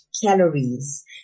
calories